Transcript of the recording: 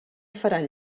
faran